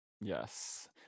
Yes